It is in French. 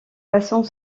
passant